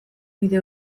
bide